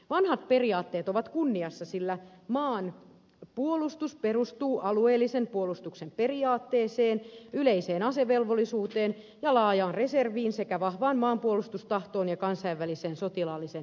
vanhat periaatteet ovat kunniassa sillä maanpuolustus perustuu alueellisen puolustuksen periaatteeseen yleiseen asevelvollisuuteen ja laajaan reserviin sekä vahvaan maanpuolustustahtoon ja kansainväliseen sotilaalliseen yhteistyöhön